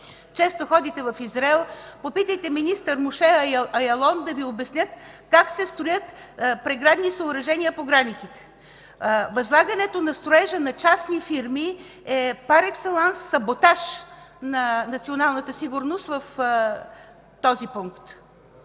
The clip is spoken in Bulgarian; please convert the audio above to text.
Често ходите в Израел, попитайте министър Моше Яалон да Ви обясни как се строят преградни съоръжения по границите. Възлагането на строежа на частни фирми е пар екселанс саботаж на националната сигурност в този пункт.